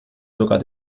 sogar